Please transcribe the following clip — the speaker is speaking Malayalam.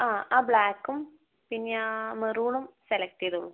ആ ആ ബ്ലാക്കും പിന്നെ ആ മറൂണും സെലക്ട് ചെയ്തോളൂ